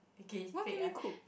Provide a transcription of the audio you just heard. okay fake ah